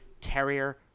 Terrier